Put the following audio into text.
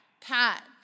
Pat